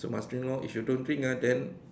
so must drink lor if you don't drink ah then